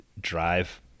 drive